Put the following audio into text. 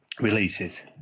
releases